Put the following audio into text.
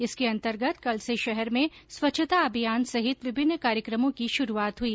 इसके अंतर्गत कल से शहर में स्वच्छता अभियान सहित विभिन्न कार्यकमों की शुरूआत हुई